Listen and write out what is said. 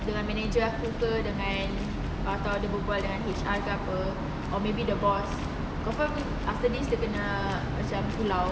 dengan manager aku ke dengan atau dia berbual dengan H_R ke apa or maybe the boss confirm after this dia kena macam pulau